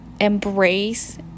embrace